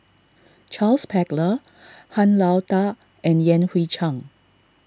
Charles Paglar Han Lao Da and Yan Hui Chang